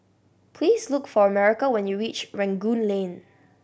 please look for America when you reach Rangoon Lane